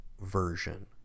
version